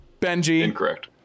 Benji